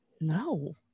No